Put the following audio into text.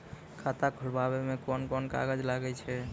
खाता खोलावै मे कोन कोन कागज लागै छै?